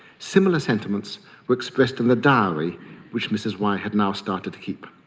similar sentiments were expressed in the diary which mrs y had now started to keep.